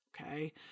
okay